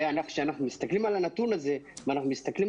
כשאנחנו מסתכלים על הנתון הזה ואנחנו מסתכלים